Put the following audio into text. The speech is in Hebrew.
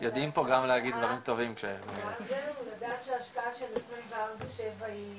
נעים לנו לדעת שההשקעה של 24/7 היא